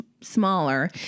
smaller